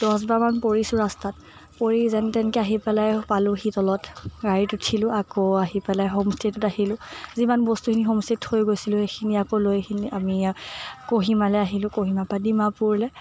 দহ বাৰমান পৰিছোঁ ৰাস্তাত পৰি যেন তেনকে আহি পেলাই পালোহি তলত গাড়ীত উঠিলো আকৌ আহি পেলাই হোমষ্টেইটোত আহিলো যিমান বস্তুখিনি হোমষ্টেইত থৈ গৈছিলোঁ সেইখিনি লৈকিনি আমি কহিমালৈ আহিলো কহিমাৰ পৰা ডিমাপুৰলৈ